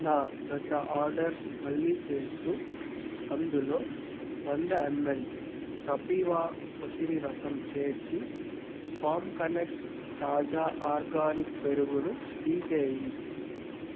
నా గత ఆర్డర్ మళ్ళీ చేస్తూ అందులో వంద ఎంఎల్ కపీవా ఉసిరి రసం చేర్చి ఫాం కనెక్ట్ తాజా ఆర్గానిక్ పెరుగును తీసేయి